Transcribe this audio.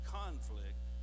conflict